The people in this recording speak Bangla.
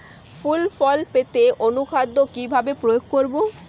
ফুল ফল পেতে অনুখাদ্য কিভাবে প্রয়োগ করব?